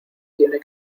tiene